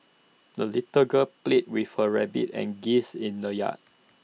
the little girl played with her rabbit and geese in the yard